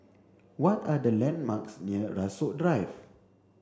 what are the landmarks near Rasok Drive